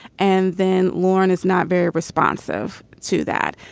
and then lauren is not very responsive to that.